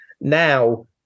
now